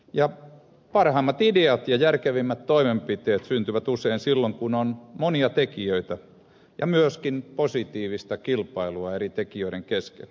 parhaimmat ideat ja järkevimmät toimenpiteet syntyvät usein silloin kun on monia tekijöitä ja myöskin positiivista kilpailua eri tekijöiden kesken